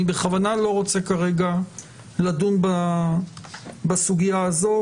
אני בכוונה לא רוצה כרגע לדון בסוגייה הזאת,